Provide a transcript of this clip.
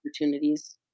opportunities